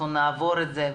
אנחנו נעבור את זה.